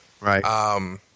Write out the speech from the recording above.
right